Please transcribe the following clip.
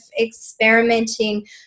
experimenting